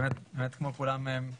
כמו כולם,